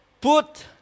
put